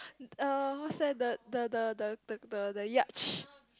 uh what's that the the the the the the the yacht